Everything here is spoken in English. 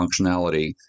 functionality